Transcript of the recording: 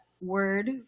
word